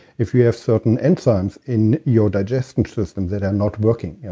if you have certain enzymes in your digestion system that are not working,